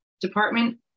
Department